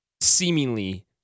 seemingly